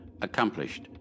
accomplished